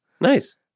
Nice